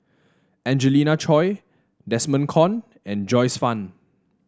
Angelina Choy Desmond Kon and Joyce Fan